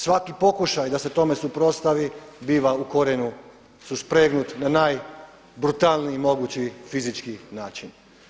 Svaki pokušaj da se tome suprotstavi biva u korijenu suspregnut na najbrutalniji mogući fizički način.